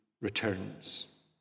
returns